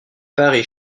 paris